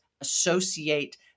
associate